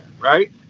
right